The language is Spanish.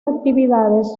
actividades